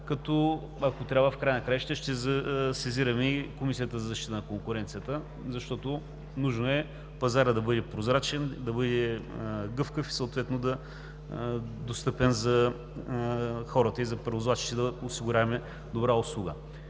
Ако трябва, в края на краищата ще сезираме и Комисията за защита на конкуренцията, защото е нужно пазарът да бъде прозрачен, да бъде гъвкав, съответно да е достъпен и за хората, и за превозвачите – да осигуряваме добра услуга.